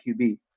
QB